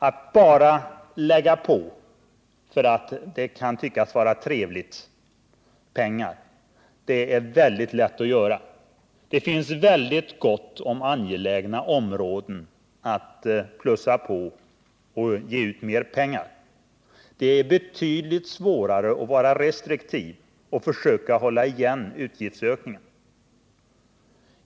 Att bara lägga på mera pengar därför att det är trevligt är ju väldigt lätt, eftersom det finns gott om angelägna områden att ge ut mer pengar på, men det är betydligt svårare att vara restriktiv och försöka hålla igen utgiftsökningarna.